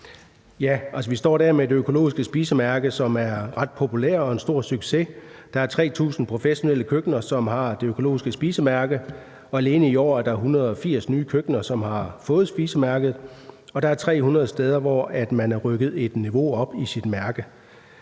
Altså, vi står i dag med Det Økologiske Spisemærke, som er ret populært og en stor succes. Der er 3.000 professionelle køkkener, som har Det Økologiske Spisemærke. Alene i år er der 180 nye køkkener, som har fået spisemærket, og der er 300 steder, hvor man er rykket et niveau op i sit mærke.